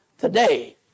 today